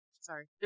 sorry